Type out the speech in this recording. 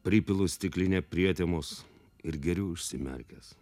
pripilu stiklinę prietemos ir geriu užsimerkęs